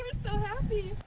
ah so happy!